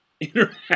interact